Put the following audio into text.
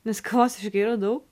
nes kavos aš geriu daug